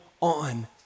on